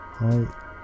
right